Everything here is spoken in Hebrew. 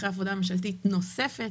אחרי עבודה ממשלתית נוספת,